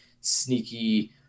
sneaky